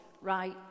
right